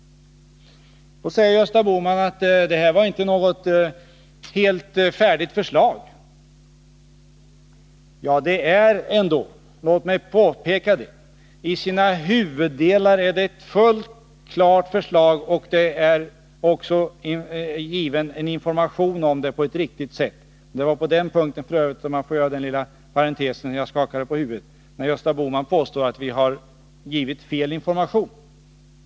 Nu säger Gösta Bohman att skatteöverenskommelsen inte är ett helt färdigt förslag. Det är dock, låt mig påpeka det, i sina huvuddelar ett fullt klart förslag. Information om det har också givits på ett riktigt sätt. Det var f. ö. när Gösta Bohman påstod att vi givit fel information som jag skakade på huvudet, om jag får ta med den lilla parentesen.